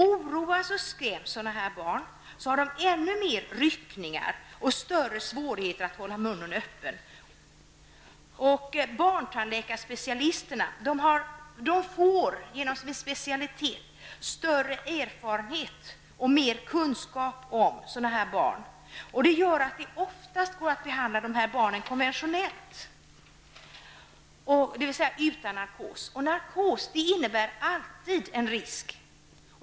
Om sådana här barn oroas och skräms, har de ännu mera ryckningar och större svårigheter att hålla munnen öppen. Barntandläkarspecialisterna får större erfarenhet och mer kunskap om sådana här barn. Med deras hjälp går det oftast att behandla dessa barn konventionellt, dvs. utan narkos. Narkos innebär alltid en risk.